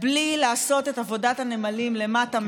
בלי לעשות את עבודת הנמלים למטה,